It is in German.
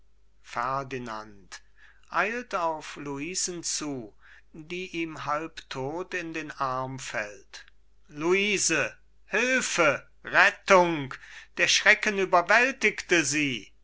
ferdinand eilt auf luisen zu die ihm halb todt in die arme fällt luise hilfe rettung der schrecken überwältigt sie